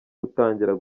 gutangira